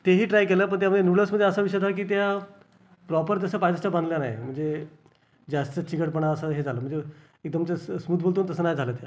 तेही ट्राय केलं पण त्यामध्ये नूडल्समध्ये असा विषय झालं की त्या प्रॉपर जसं पाहिजे तसं बनलं नाही म्हणजे जास्त चिकटपणा असा हे झालं म्हणजे एकदम ते असं स्मूथ बोलतो ना तसं नाही झालं त्या